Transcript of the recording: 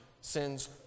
sin's